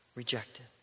Rejected